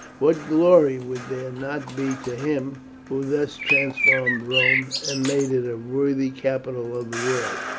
what glory would there not be to him who thus transformed rome, and made it a worthy capital of the world!